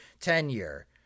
tenure